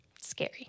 Scary